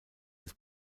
des